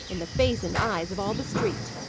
in the face and eyes of all the street.